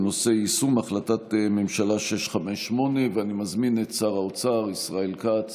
בנושא: יישום החלטת ממשלה 658. אני מזמין את שר האוצר ישראל כץ